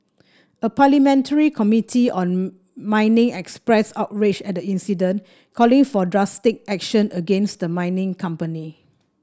a parliamentary committee on mining expressed outrage at the incident calling for drastic action against the mining company